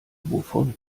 wovon